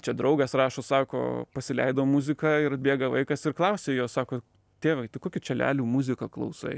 čia draugas rašo sako pasileido muziką ir bėga vaikas ir klausia jo sako tėvai tu kokią čia lelių muziką klausai